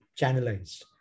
channelized